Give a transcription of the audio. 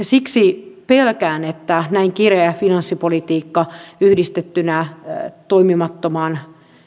siksi pelkään että näin kireä finanssipolitiikka yhdistettynä toimimattomaan